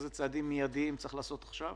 איזה צעדים מיידיים צריך לעשות עכשיו.